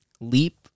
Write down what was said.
leap